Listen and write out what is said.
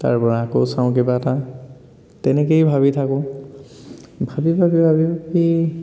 তাৰ পৰা আকৌ চাওঁ কিবা এটা তেনেকেই ভাবি থাকোঁ ভাবি ভাবি ভাবি ভাবি